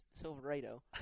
Silverado